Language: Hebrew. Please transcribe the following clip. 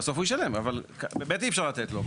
בסוף הוא ישלם, אבל באמת אי אפשר לתת לו.